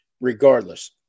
regardless